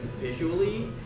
visually